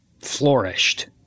flourished